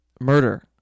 Murder